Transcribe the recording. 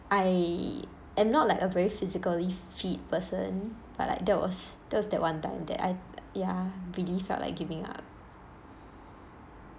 I am not like a very physically fit person but like that was that was that one time that I ya really felt like giving up